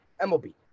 MLB